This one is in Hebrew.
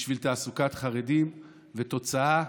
בשביל תעסוקת חרדים, והתוצאה: